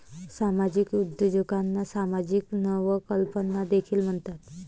सामाजिक उद्योजकांना सामाजिक नवकल्पना देखील म्हणतात